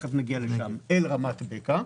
תיכף נגיע אליו אל רמת בקע,